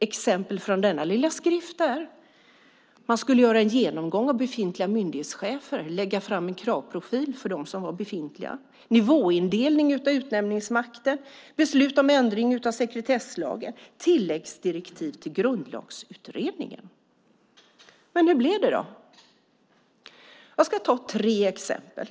Exempel från denna lilla skrift är att man skulle göra en genomgång av befintliga myndighetschefer och lägga fram en kravprofil för befintliga chefer samt en nivåindelning av utnämningsmakten, beslut om ändring av sekretesslagen och tilläggsdirektiv till Grundlagsutredningen. Men hur blev det? Jag ska ta tre exempel.